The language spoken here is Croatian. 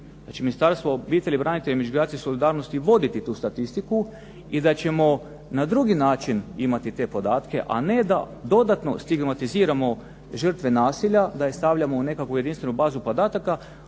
Ministarstvo obitelji, branitelja i međugeneracijske solidarnosti voditi tu statistiku i da ćemo na drugi način imati te podatke, a ne da dodatno stigmatiziramo žrtve nasilja, da ih stavljamo u nekakvu jedinstvenu bazu podataka,